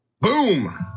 Boom